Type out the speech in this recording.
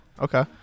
Okay